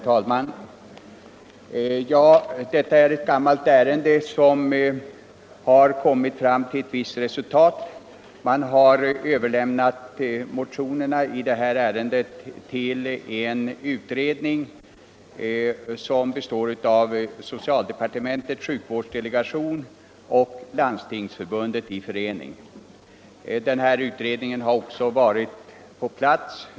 Herr talman! Detta är ett gammalt ärende, där det nu har kommit fram ett visst resultat. Motionerna har överlämnats till en utredning som tillsatts av socialdepartementets sjukvårdsdelegation och Landstingsförbundet i förening. Utredningen har också varit på plats.